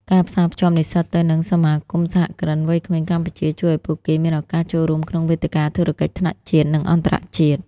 ការផ្សារភ្ជាប់និស្សិតទៅនឹង សមាគមសហគ្រិនវ័យក្មេងកម្ពុជា ជួយឱ្យពួកគេមានឱកាសចូលរួមក្នុងវេទិកាធុរកិច្ចថ្នាក់ជាតិ និងអន្តរជាតិ។